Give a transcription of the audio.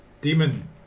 demon